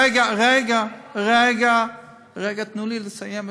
רגע, רגע, תנו לי לסיים.